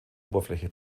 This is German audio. oberfläche